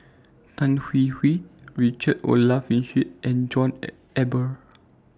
Tan Hwee Hwee Richard Olaf Winstedt and John Eber